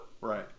right